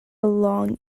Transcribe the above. long